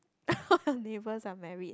all your neighbors are married